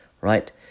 Right